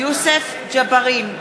יוסף ג'בארין,